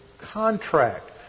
contract